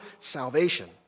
salvation